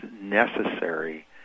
necessary